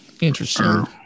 Interesting